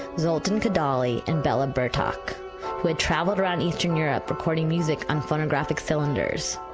zoltan kodaly and bela bartok who had traveled around eastern europe recording music on phonographic cylinders.